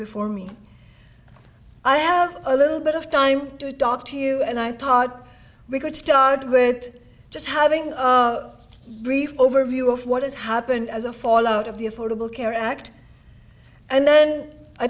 before me i held a little bit of time to talk to you and i thought we could start a bit just having a brief overview of what has happened as a fallout of the affordable care act and then i